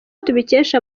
tubikesha